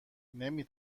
نمی